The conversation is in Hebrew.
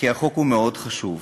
כי החוק מאוד חשוב,